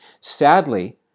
Sadly